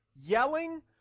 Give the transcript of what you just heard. yelling